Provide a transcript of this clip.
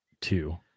two